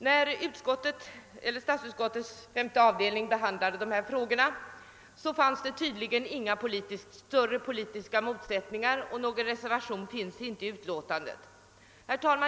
När statsutskottets femte avdelning behandlade dessa frågor rådde det tydligen inga större politiska motsättningar, och någon reservation avgavs inte.